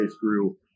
grew